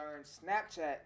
Snapchat